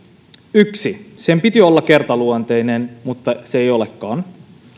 on että sen piti olla kertaluonteinen mutta se ei olekaan